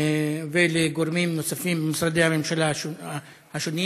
ולגורמים נוספים במשרדי הממשלה השונים,